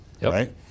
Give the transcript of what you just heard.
right